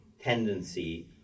tendency